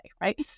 right